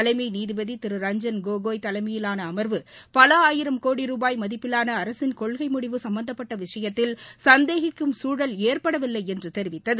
தலைமை நீதிபதி திரு ரஞ்ஜன் கோகோய் தலைமையிலான அமர்வு பல ஆயிரம் கோடி ரூபாய் மதிப்பிலான அரசின் கொள்கை முடிவு சம்பந்தப்பட்ட விஷயத்தில் சந்தேகிக்கும் சூழல் ஏற்படவில்லை என்று தெரிவித்தது